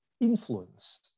influence